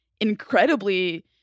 incredibly